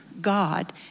God